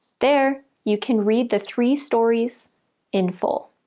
there, you can read the three stories in full.